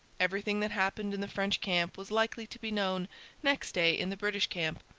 everything that happened in the french camp was likely to be known next day in the british camp.